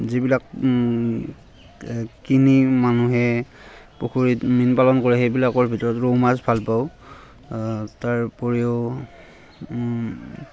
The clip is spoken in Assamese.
যিবিলাক কিনি মানুহে পুখুৰীত মীন পালন কৰে সেইবিলাকৰ ভিতৰত ৰৌ মাছ ভাল পাওঁ তাৰ উপৰিও